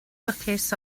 lwcus